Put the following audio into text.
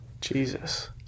Jesus